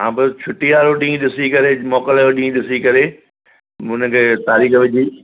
हा बसि छुटी वारो ॾींहुं ॾिसी करे मोकल वारो ॾींहुं ॾिसी करे हुन खे तारीख़ु विझी